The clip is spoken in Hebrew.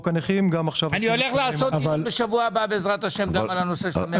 אני הולך לעשות דיון בשבוע הבא בעזרת ה' גם על הנושא של המשפחתונים.